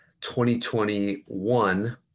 2021